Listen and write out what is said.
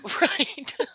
Right